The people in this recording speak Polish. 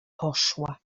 poszła